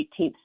18th